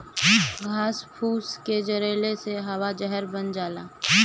घास फूस के जरइले से हवा जहर बन जाला